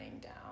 down